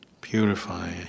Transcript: purify